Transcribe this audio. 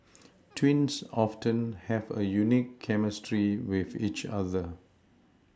twins often have a unique chemistry with each other